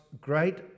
great